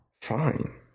Fine